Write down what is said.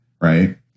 right